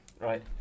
Right